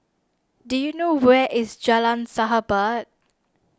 do you know where is Jalan Sahabat